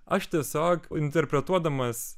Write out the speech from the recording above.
aš tiesiog interpretuodamas